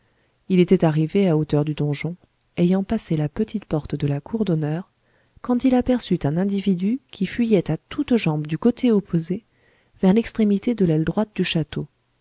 il était arrivé à hauteur du donjon ayant passé la petite porte de la cour d'honneur quand il aperçut un individu qui fuyait à toutes jambes du côté opposé vers l'extrémité de l'aile droite du château